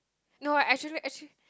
no actually actually